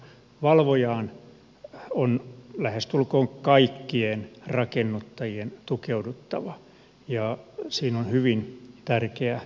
valvojaan on lähestulkoon kaikkien rakennuttajien tukeuduttava ja siinä on hyvin tärkeä nivelkohta